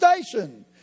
station